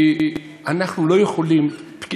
אנחנו לא יכולים,